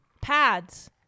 Pads